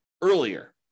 earlier